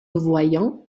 voyant